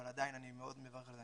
אבל עדיין אני מאוד מברך על זה,